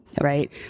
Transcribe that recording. right